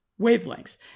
wavelengths